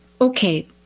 okay